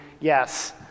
yes